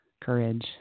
courage